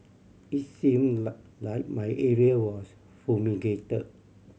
it's seem like my area was fumigate